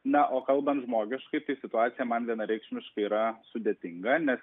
na o kalbant žmogiškai tai situacija man vienareikšmiškai yra sudėtinga nes